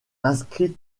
inscrite